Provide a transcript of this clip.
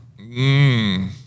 Mmm